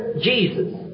Jesus